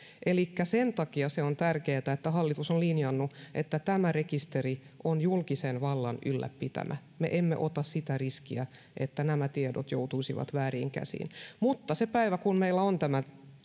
elikkä sen takia se on tärkeätä että hallitus on linjannut että tämä rekisteri on julkisen vallan ylläpitämä me emme ota sitä riskiä että nämä tiedot joutuisivat vääriin käsiin mutta sinä päivänä kun meillä on tämä